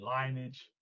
lineage